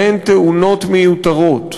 הן תאונות מיותרות.